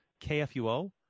KFUO